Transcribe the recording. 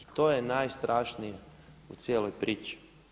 I to je najstrašnije u cijeloj priči.